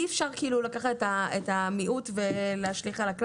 אי-אפשר לקחת את המיעוט ולהשליך על הכלל.